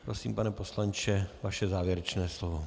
Prosím, pane poslanče, vaše závěrečné slovo.